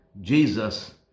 Jesus